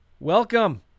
Welcome